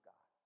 God